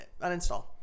uninstall